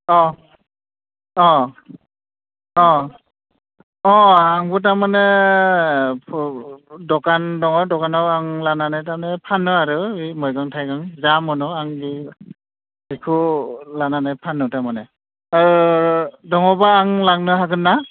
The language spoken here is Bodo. अ अ अ अ आंबो थारमाने दखान दङ' दखानाव आं लानानै माने फानो आरो मैगं थायगं जा मोनो आं बिखो लानानै फानो थारमाने दङब्ला आं लांनो हागोनना